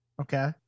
Okay